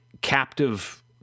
captive